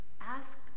ask